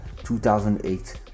2008